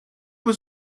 was